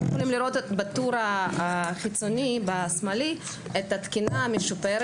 בטור השמאלי אפשר לראות את התקינה המשופרת